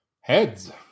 Heads